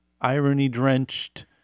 irony-drenched